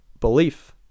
belief